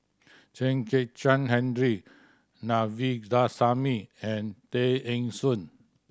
Chen Kezhan Henri Na Vindasamy and Tay Eng Soon